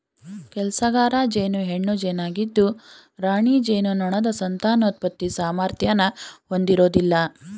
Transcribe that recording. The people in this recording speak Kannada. ಕೆಲ್ಸಗಾರ ಜೇನು ಹೆಣ್ಣು ಜೇನಾಗಿದ್ದು ರಾಣಿ ಜೇನುನೊಣದ ಸಂತಾನೋತ್ಪತ್ತಿ ಸಾಮರ್ಥ್ಯನ ಹೊಂದಿರೋದಿಲ್ಲ